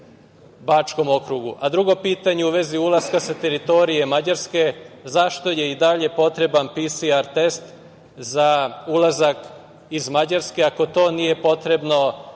okrugu. Drugo pitanje u vezi ulaska sa teritorije Mađarske - zašto je i dalje potreban PCR test za ulazak iz Mađarske, ako to nije potrebno za